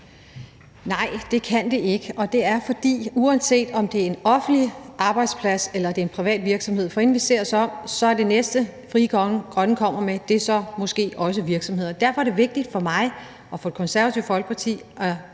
Nej, det kan det ikke, og det er, fordi det, uanset om det er en offentlig arbejdsplads eller en privat virksomhed, er sådan, at før vi ser os om, er det næste, Frie Grønne kommer med, måske så også virksomheder. Derfor er det vigtigt for mig og for Det Konservative Folkeparti